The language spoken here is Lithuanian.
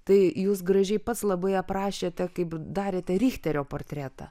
tai jūs gražiai pats labai aprašėte kaip darėte richterio portretą